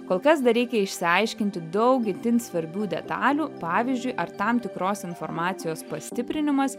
kol kas dar reikia išsiaiškinti daug itin svarbių detalių pavyzdžiui ar tam tikros informacijos pastiprinimas